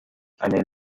eine